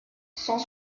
cent